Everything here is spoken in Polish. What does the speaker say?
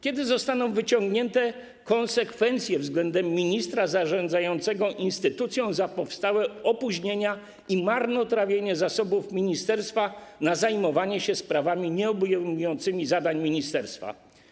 Kiedy zostaną wyciągnięte konsekwencje wobec ministra zarządzającego instytucją za powstałe opóźnienia i marnotrawienie zasobów ministerstwa na zajmowanie się sprawami nieobejmującymi zadań ministerstwa?